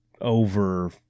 over